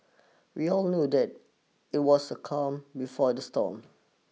we all knew that it was the calm before the storm